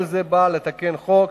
כל זה בא לתקן את החוק,